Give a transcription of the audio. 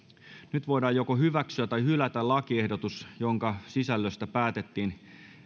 nyt voidaan joko hyväksyä tai hylätä lakiehdotus jonka sisällöstä päätettiin